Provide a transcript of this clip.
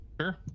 Sure